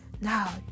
Now